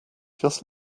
just